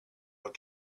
what